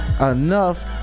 enough